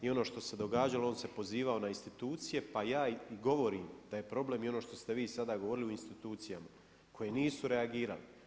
I ono što se događalo on se pozivao na institucije, pa ja i govorim da je problem i ono što ste vi sada govorili o institucijama koje nisu reagirale.